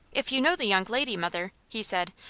if you know the young lady, mother, he said,